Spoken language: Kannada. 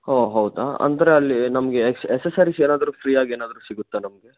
ಹೋ ಹೌದಾ ಅಂದರೆ ಅಲ್ಲಿ ನಮಗೆ ಎಸ್ ಎಸ್ಸರಿಸ್ ಏನಾದರೂ ಫ್ರೀಯಾಗಿ ಏನಾದರೂ ಸಿಗುತ್ತಾ ನಮಗೆ